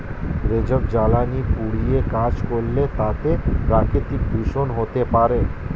জৈব জ্বালানি পুড়িয়ে কাজ করলে তাতে প্রাকৃতিক দূষন হতে পারে